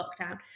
lockdown